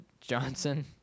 Johnson